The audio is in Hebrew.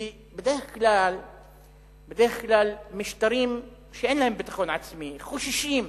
כי בדרך כלל משטרים שאין להם ביטחון עצמי חוששים,